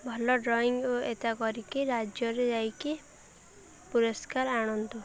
ଭଲ ଡ୍ରଇଂ ଓ ଏଇଟା କରିକି ରାଜ୍ୟରେ ଯାଇକି ପୁରସ୍କାର ଆଣନ୍ତୁ